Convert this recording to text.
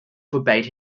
forbade